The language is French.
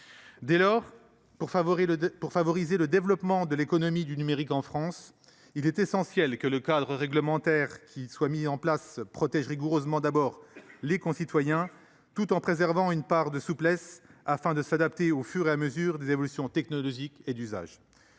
Pour favoriser le développement de l’économie du numérique en France, il est essentiel que le cadre réglementaire mis en place protège rigoureusement nos concitoyens, tout en préservant une part de souplesse, afin de s’adapter à mesure des évolutions technologiques et d’usages.